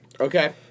Okay